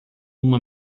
uma